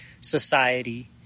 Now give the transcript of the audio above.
society